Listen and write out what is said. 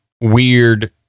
weird